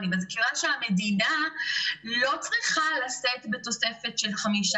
אני מזכירה שהמדינה לא צריכה לשאת בתוספת של 15%,